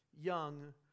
young